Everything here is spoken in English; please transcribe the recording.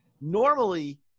normally